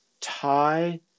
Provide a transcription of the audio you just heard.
tie